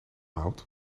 houdt